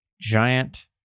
giant